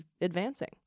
advancing